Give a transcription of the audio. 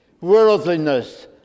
worldliness